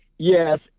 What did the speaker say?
yes